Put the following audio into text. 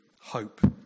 hope